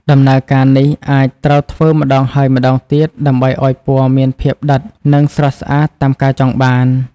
ដំណើរការនេះអាចត្រូវធ្វើម្តងហើយម្តងទៀតដើម្បីឱ្យពណ៌មានភាពដិតនិងស្រស់ស្អាតតាមការចង់បាន។